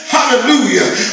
Hallelujah